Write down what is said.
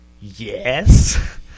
yes